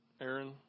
Aaron